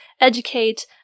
educate